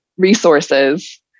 resources